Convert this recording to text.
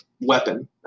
weapon